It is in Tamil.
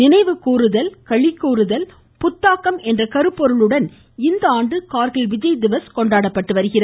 நினைவு கூறுதல் களி கூறுதல் புத்தாக்கம் என்ற கருப்பொருளுடன் இந்த ஆண்டு கார்கில் விஜய்திவஸ் கொண்டாடப்படுகிறது